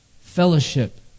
fellowship